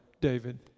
David